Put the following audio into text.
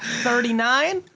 thirty nine?